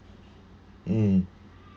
mm